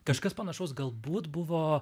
kažkas panašaus galbūt buvo